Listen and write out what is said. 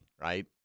right